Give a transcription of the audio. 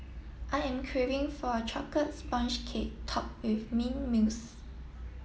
I am craving for a chocolate sponge cake topped with mint mousse